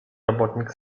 robotnik